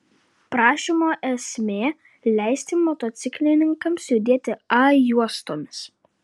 prašymo esmė leisti motociklininkams judėti a juostomis